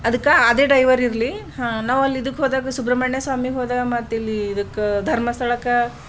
ಅದಕ್ಕೆ ಅದೇ ಡೈವರ್ ಇರಲಿ ಹಾಂ ನಾವು ಅಲ್ಲಿ ಇದಕ್ಕೆ ಹೋದಾಗ ಸುಬ್ರಹ್ಮಣ್ಯ ಸ್ವಾಮಿಗೆ ಹೋದಾಗ ಮತ್ತು ಇಲ್ಲಿ ಇದಕ್ಕೆ ಧರ್ಮಸ್ಥಳಕ್ಕೆ